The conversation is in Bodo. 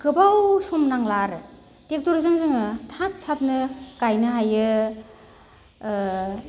गोबाव सम नांला आरो ट्रेक्टरजों जोङो थाब थाबनो गायनो हायो ओ